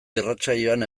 irratsaioan